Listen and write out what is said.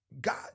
God